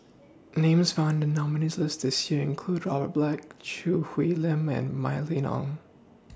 Names found in The nominees' list This Year include Robert Black Choo Hwee Lim and Mylene Ong